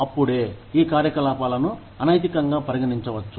అప్పుడే ఈ కార్యకలాపాలను అనైతికంగా పరిగణించవచ్చు